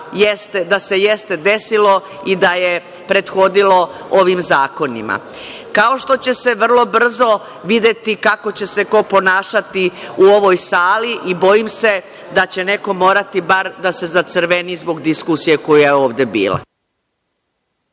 da se jeste desilo i da je prethodilo ovim zakonima, kao što će se vrlo brzo videti, kako će se ko ponašati u ovoj sali i bojim se da će neko morati da se bar zacrveni zbog diskusije koja je ovde bila.